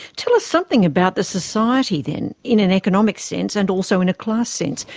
tell us something about the society then in an economic sense and also in a class sense.